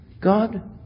God